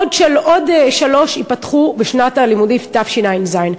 ועוד שלוש ייפתחו בשנת הלימודים תשע"ז.